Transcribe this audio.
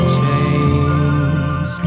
chains